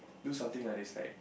do something ah is like